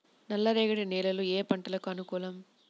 నల్లరేగడి నేలలు ఏ పంటలకు అనుకూలం?